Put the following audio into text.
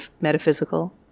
metaphysical